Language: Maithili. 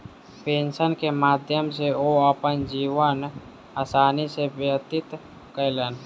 पेंशन के माध्यम सॅ ओ अपन जीवन आसानी सॅ व्यतीत कयलैन